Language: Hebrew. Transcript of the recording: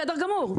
בסדר גמור.